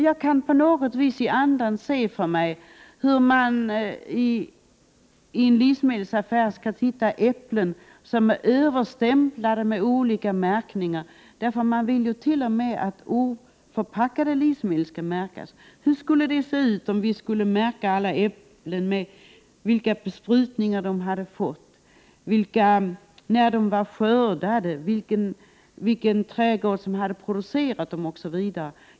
Jag kan se framför mig hur kunderna i livsmedelsaffären hittar äpplen som är fullstämplade med märkningar, för reservanterna vill ju t.o.m. att oförpackade livsmedel skall märkas. Hur skulle det se ut, om vi skulle märka alla äpplen med vilka besprutningar de har fått, när de var skördade, vilken trädgård som hade producerat dem, etc.?